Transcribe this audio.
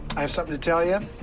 i have something to tell you.